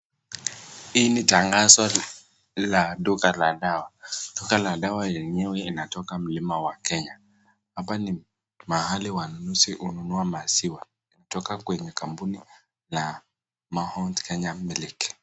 Hii ni tangazo la duka la dawa, duka la dawa lenyewe inatoka mlima wa kenya. Hapa ni mahali wanunusi ununua maziwa kutoka kwenye kampuni ya [Mt kenya milk].